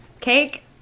Cake